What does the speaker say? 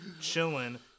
chilling